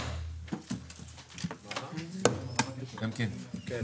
הישיבה ננעלה בשעה 18:55.